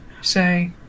say